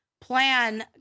plan